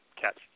catch